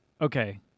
okay